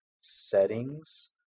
settings